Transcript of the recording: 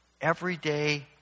everyday